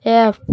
cap